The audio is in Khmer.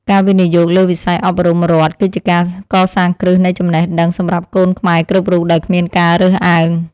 ការវិនិយោគលើវិស័យអប់រំរដ្ឋគឺជាការកសាងគ្រឹះនៃចំណេះដឹងសម្រាប់កូនខ្មែរគ្រប់រូបដោយគ្មានការរើសអើង។